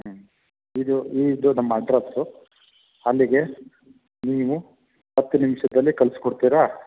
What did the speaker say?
ಹ್ಞೂ ಇದು ಈ ಇದು ನಮ್ಮ ಅಡ್ರಸ್ಸು ಅಲ್ಲಿಗೆ ನೀವು ಹತ್ತು ನಿಮಿಷದಲ್ಲಿ ಕಳ್ಸ್ಕೊಡ್ತೀರಾ